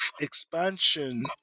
expansion